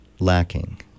lacking